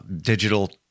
digital